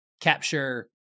capture